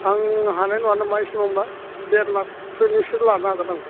आं हानाय नङा नामा इसेबांबा देरलाखसोनिसो लानो हागोन आं